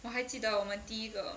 我还记得我们第一个